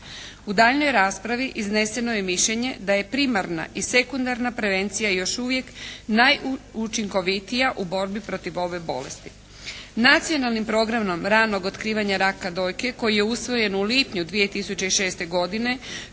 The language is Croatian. U daljnjoj raspravi izneseno je mišljenje da je primarna i sekundarna prevencija još uvijek najučinkovitija u borbi protiv ove bolesti. Nacionalnim programom ranog otkrivanja raka dojke koji je usvojen u lipnju 2006. godine